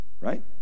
right